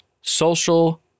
Social